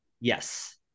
Yes